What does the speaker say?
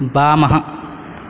वामः